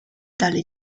dalle